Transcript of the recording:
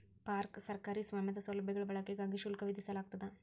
park ಸರ್ಕಾರಿ ಸ್ವಾಮ್ಯದ ಸೌಲಭ್ಯಗಳ ಬಳಕೆಗಾಗಿ ಶುಲ್ಕ ವಿಧಿಸಲಾಗ್ತದ